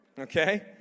Okay